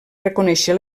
reconèixer